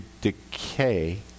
decay